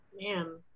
Man